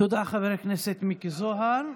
תודה, חבר הכנסת מיקי זוהר.